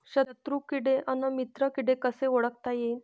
शत्रु किडे अन मित्र किडे कसे ओळखता येईन?